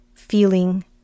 feeling